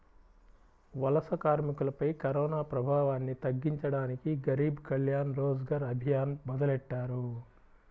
వలస కార్మికులపై కరోనాప్రభావాన్ని తగ్గించడానికి గరీబ్ కళ్యాణ్ రోజ్గర్ అభియాన్ మొదలెట్టారు